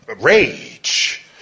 rage